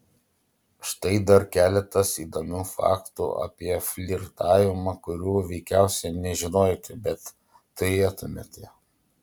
štai dar keletas įdomių faktų apie flirtavimą kurių veikiausiai nežinojote bet turėtumėte